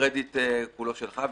הקרדיט כולו שלך.